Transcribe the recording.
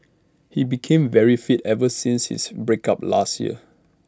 he became very fit ever since his break up last year